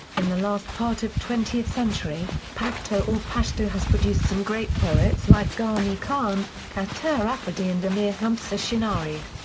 in the last part of twentieth century, pakhto or pashto has produced some great poets like ghani khan, khatir afridi and amir hamza shinwari.